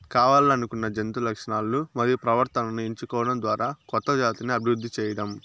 కావల్లనుకున్న జంతు లక్షణాలను మరియు ప్రవర్తనను ఎంచుకోవడం ద్వారా కొత్త జాతిని అభివృద్ది చేయడం